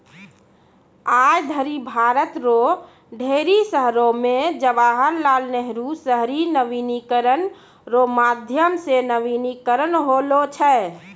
आय धरि भारत रो ढेरी शहरो मे जवाहर लाल नेहरू शहरी नवीनीकरण रो माध्यम से नवीनीकरण होलौ छै